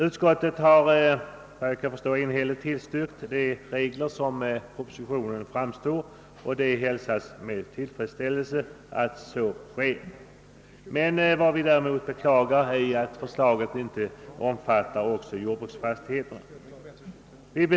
Utskottet har efter vad jag kan förstå enhälligt tillstyrkt de regler som föreslås i propositionen, och det hälsas med tillfredsställelse att så sker. Vad vi däremot beklagar är att förslaget inte omfattar även jordbruksfastigheterna.